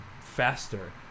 faster